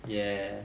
ya